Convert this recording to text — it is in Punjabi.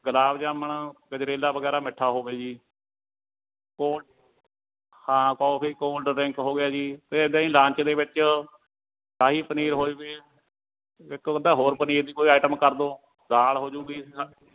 ਗੁਲਾਬ ਜਾਮਣ ਗਜਰੇਲਾ ਵਗੈਰਾ ਮਿੱਠਾ ਹੋਵੇ ਜੀ ਕੋਲ ਹਾਂ ਕੌਫੀ ਕੋਲਡ ਡਰਿੰਕ ਹੋ ਗਿਆ ਜੀ ਫਿਰ ਇੱਦਾਂ ਹੀ ਲੰਚ ਦੇ ਵਿੱਚ ਸ਼ਾਹੀ ਪਨੀਰ ਹੋ ਜਵੇ ਇੱਕ ਅੱਧਾ ਹੋਰ ਪਨੀਰ ਦੀ ਕੋਈ ਆਈਟਮ ਕਰ ਦਿਉ ਦਾਲ ਹੋਜੂਗੀ